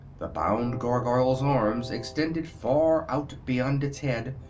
the bound gargoyle's arms extended far out beyond its head,